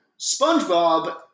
Spongebob